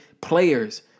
players